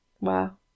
Wow